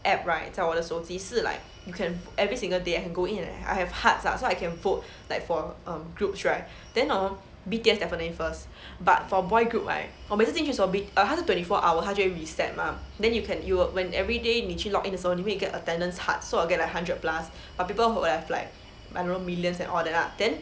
app right 在我的手机是 like you can every single day I can go in and I have hearts lah so I can vote like for um groups right then hor B_T_S definitely first but for boy group right 我每次进去 but 他是 twenty four hour 他就会 reset mah then you can you will when every day 你去 log in 的时候你会 get 一个 attendance hearts I'll get like hundred plus but people who have like I don't know millions and all that lah then